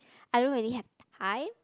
I don't really have the time